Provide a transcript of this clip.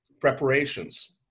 preparations